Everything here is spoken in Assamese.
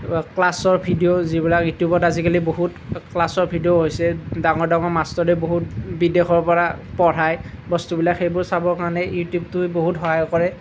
ক্লাছৰ ভিডিঅ' যিবিলাক ইউটিউবত আজিকালি বহুত ক্লাছৰ ভিডিঅ' হৈছে ডাঙৰ ডাঙৰ মাষ্টৰে বহুত বিদেশৰ পৰা পঢ়ায় বস্তুবিলাক সেইবোৰ চাবৰ কাৰণে ইউটিউবটোৱে বহুত সহায় কৰে